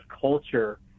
culture